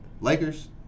Lakers